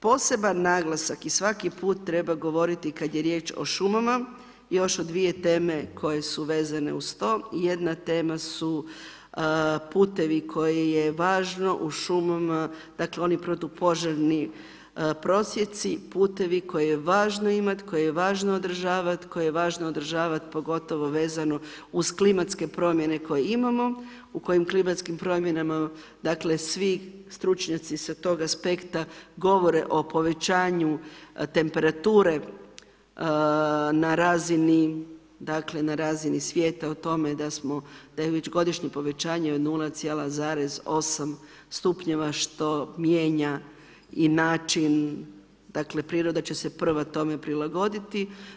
Poseban naglasak i svaki put treba govoriti kad je riječ o šumama, još o dvije teme koje su vezane uz to, jedna tema su putevi koje je važno u šumama, dakle oni protupožarni prosjeci, putevi koje je važno imati, koje je važno održavat, koje je važno održavat pogotovo vezano uz klimatske promjene koje imamo, u kojem klimatskim promjenama dakle svi stručnjaci sa tog aspekta govore o povećanju temperature na razini svijeta o tome da je već godišnje povećanje od 0,8 stupnjeva što mijenja i način, dakle priroda će se prva tome prilagoditi.